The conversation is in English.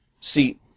See